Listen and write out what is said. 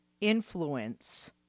influence